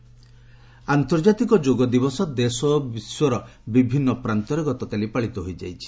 ଯୋଗ ଆନ୍ତର୍ଜାତିକ ଯୋଗ ଦିବସ ଦେଶ ଓ ବିଶ୍ୱର ବିଭିନ୍ନ ପ୍ରାନ୍ତରେ ପାଳିତ ହୋଇଯାଇଛି